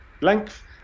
length